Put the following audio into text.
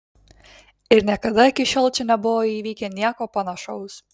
ir niekada iki šiol čia nebuvo įvykę nieko panašaus